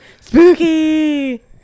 Spooky